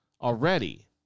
already